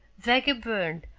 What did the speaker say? vega burned,